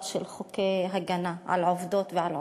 של חוקי הגנה על עובדות ועל עובדים,